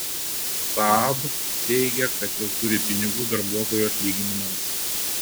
saab teigia kad jau turi pinigų darbuotojų atlyginimams